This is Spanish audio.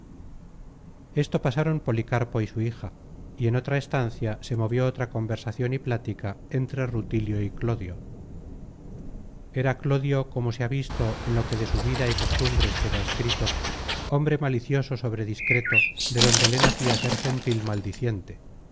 esto pasaron policarpo y su hija y en otra estancia se movió otra conversacion y plática entre rutilio y clodio era clodio como se ha visto en lo que de su vida y cos tumbres queda escrito hombre malicioso sobre discreto de donde le nacia ser gentil maldiciente